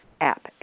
app